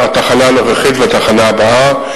התחנה הנוכחית והתחנה הבאה,